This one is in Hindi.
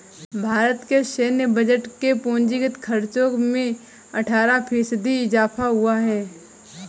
भारत के सैन्य बजट के पूंजीगत खर्चो में अट्ठारह फ़ीसदी इज़ाफ़ा हुआ है